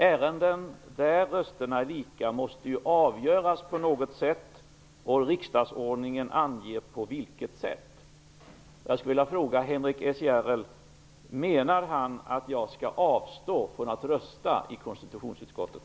Ärenden där rösterna är lika måste ju avgöras på något sätt, och riksdagsordningen anger på vilket sätt. Menar Henrik S Järrel att jag skall avstå från att rösta i konstitutionsutskottet?